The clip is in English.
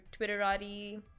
twitterati